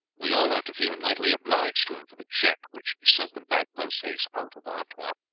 we all ought to feel mightily obliged to him for the check, which sent them back post-haste out of artois,